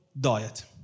diet